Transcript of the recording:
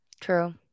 True